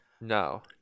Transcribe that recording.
No